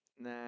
Nah